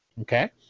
Okay